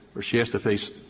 or she has to face,